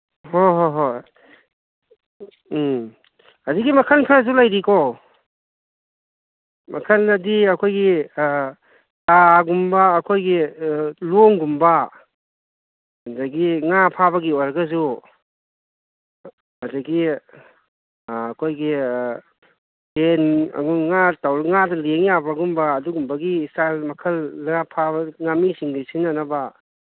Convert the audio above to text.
ꯍꯣꯏ ꯍꯣꯏ ꯍꯣꯏ ꯎꯝ ꯍꯧꯖꯤꯛꯀꯤ ꯃꯈꯜ ꯈꯔꯁꯨ ꯂꯩꯔꯤꯀꯣ ꯃꯈꯜ ꯑꯗꯤ ꯑꯩꯈꯣꯏꯒꯤ ꯇꯥꯒꯨꯝꯕ ꯑꯩꯈꯣꯏꯒꯤ ꯂꯣꯡꯒꯨꯝꯕ ꯑꯗꯒꯤ ꯉꯥ ꯐꯥꯕꯒꯤ ꯑꯣꯏꯔꯒꯁꯨ ꯑꯗꯒꯤ ꯑꯩꯈꯣꯏꯒꯤ ꯌꯦꯟ ꯉꯥꯗ ꯂꯦꯡ ꯌꯥꯕꯒꯨꯝꯕ ꯑꯗꯨꯝꯕꯒꯤ ꯏꯁꯇꯥꯏꯜ ꯃꯈꯜ ꯉꯥ ꯐꯥꯕ ꯉꯥꯃꯤꯁꯤꯡꯗ ꯁꯤꯖꯤꯟꯅꯅꯕ